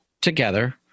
together